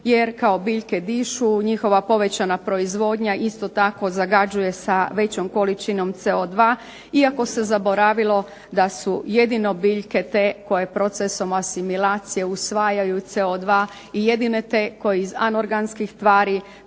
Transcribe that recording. jer kao biljke diše, njihova povećana proizvodnja isto tako zagađuje sa većom količinom CO2 iako se zaboravilo da su jedino biljke te koje procesom asimilacije usvajaju CO2 i jedine te koje iz anorganskih tvari